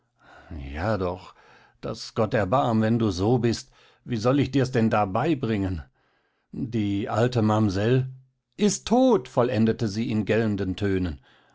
ja doch daß gott erbarm wenn du so bist wie soll ich dir's denn da beibringen die alte mamsell ist tot vollendete sie in gellenden tönen